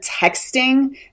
texting